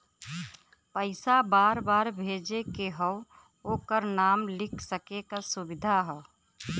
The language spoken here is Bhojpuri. पइसा बार बार भेजे के हौ ओकर नाम लिख सके क सुविधा हौ